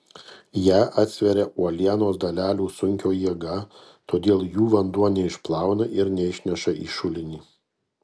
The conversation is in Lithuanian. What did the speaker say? ją atsveria uolienos dalelių sunkio jėga todėl jų vanduo neišplauna ir neišneša į šulinį